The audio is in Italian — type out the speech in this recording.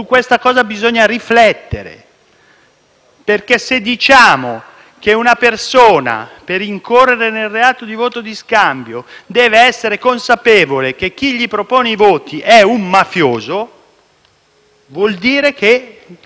perché, se diciamo che una persona, per incorrere nel reato di voto di scambio, deve essere consapevole che chi gli propone i voti è un mafioso, ciò vuol dire che quella